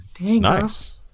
Nice